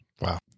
Wow